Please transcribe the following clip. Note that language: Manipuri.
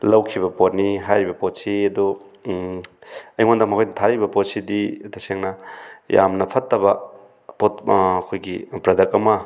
ꯂꯧꯈꯤꯕ ꯄꯣꯠꯅꯤ ꯍꯥꯏꯔꯤꯕ ꯄꯣꯠꯁꯤ ꯑꯗꯣ ꯑꯩꯉꯣꯟꯗ ꯃꯈꯣꯏꯅ ꯊꯥꯔꯛꯏꯕ ꯄꯣꯠꯁꯤꯗꯤ ꯇꯁꯦꯡꯅ ꯌꯥꯝꯅ ꯐꯠꯇꯕ ꯄꯣꯠ ꯑꯩꯈꯣꯏꯒꯤ ꯄ꯭ꯔꯗꯛ ꯑꯃ